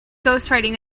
ghostwriting